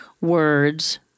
words